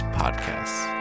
podcasts